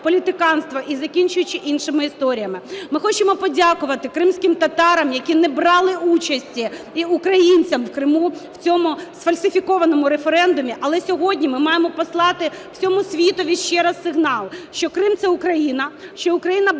політиканство, і закінчуючи іншими історіями. Ми хочемо подякувати кримським татарам, які не брали участі, і українцям в Криму, в цьому сфальсифікованому референдумі. Але сьогодні ми маємо послати всьому світові ще раз сигнал, що Крим – це Україна, що Україна